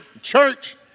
church